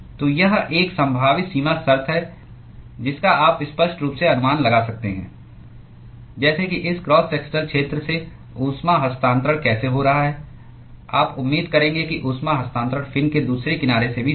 तो यह एक संभावित सीमा शर्त है जिसका आप स्पष्ट रूप से अनुमान लगा सकते हैं जैसे कि इस क्रॉस सेक्शनल क्षेत्र से ऊष्मा हस्तांतरण कैसे हो रहा है आप उम्मीद करेंगे कि ऊष्मा हस्तांतरण फिन के दूसरे किनारे से भी होगा